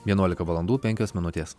vienuolika valandų penkios minutės